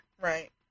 Right